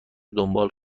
دنبال